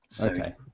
Okay